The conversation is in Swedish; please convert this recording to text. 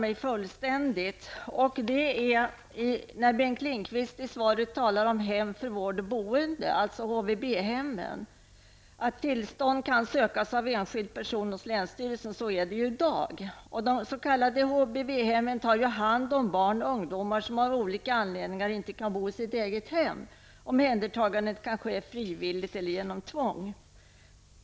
En sak som förbryllar mig är när Bengt Lindqvist i svaret talar om hem för vård och boende dvs. HVB hem. Tillstånd för dessa kan sökas av enskilda personer hos länsstyrelsen, så är det i dag. De s.k. HVB-hemmen tar hand om barn och ungdomar som av olika anledningar inte kan bo i sitt eget hem. Omhändertagandet kan ske frivilligt eller genom tvång.